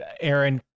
Aaron